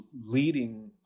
leading